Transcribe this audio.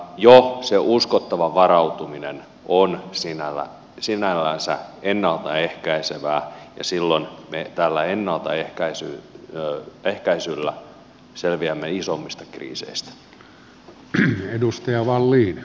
jo se uskottava varautuminen on sinällänsä ennalta ehkäisevää ja silloin me tällä ennaltaehkäisyllä selviämme isommista kriiseistä